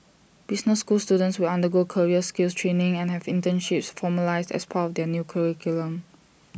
business school students will undergo career skills training and have internships formalised as part of the new curriculum